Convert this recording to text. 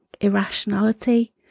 irrationality